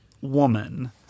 woman